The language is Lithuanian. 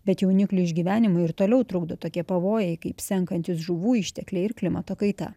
bet jauniklių išgyvenimui ir toliau trukdo tokie pavojai kaip senkantys žuvų ištekliai ir klimato kaita